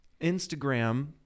Instagram